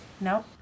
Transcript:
No